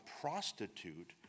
prostitute